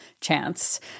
chance